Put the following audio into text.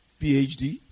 PhD